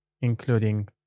including